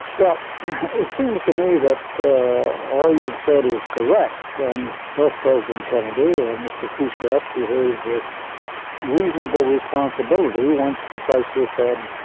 it seems to me that all you've said is correct. and both president kennedy and mr. khrushchev behaved with reasonable responsibility once the crisis had